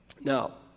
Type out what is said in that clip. Now